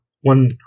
one